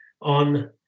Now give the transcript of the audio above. on